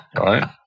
right